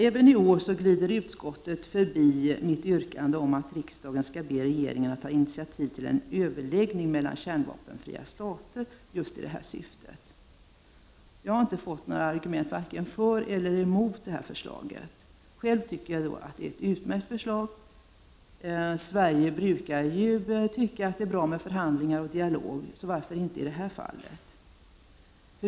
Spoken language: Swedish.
Även i år glider utskottet förbi mitt yrkande om att riksdagen skall be regeringen ta initiativ till överläggningar mellan kärnvapenfria stater i just nämnda syfte. Jag har inte hört några argument vare sig för eller emot förslaget. Själv tycker jag att det är ett utmärkt förslag. Från svensk sida brukar man ju tycka att förhandlingar och dialoger är bra. Varför inte i det här fallet?